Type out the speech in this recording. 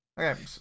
Okay